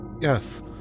Yes